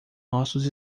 nossos